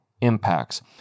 impacts